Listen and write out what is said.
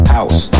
House